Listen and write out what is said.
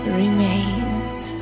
remains